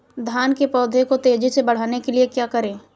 धान के पौधे को तेजी से बढ़ाने के लिए क्या करें?